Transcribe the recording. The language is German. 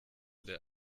der